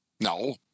No